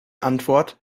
antwort